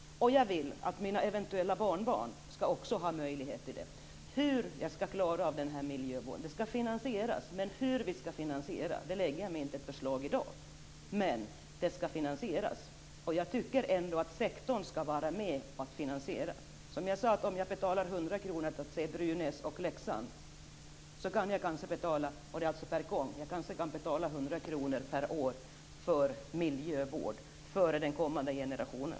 Jag vill att mina eventuella barnbarn också skall ha möjlighet till det. Hur vi skall klara av miljövården och hur den skall finansieras, det lägger jag inte fram något förslag om i dag. Men den skall finansieras, och jag tycker ändå att sektorn skall vara med och finansiera den. Som jag sade, om jag betalar 100 kr per gång för att se Brynäs och Leksand kan jag kanske betala 100 kr per år till miljövård för den kommande generationen.